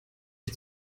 ich